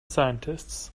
scientists